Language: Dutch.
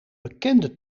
bekende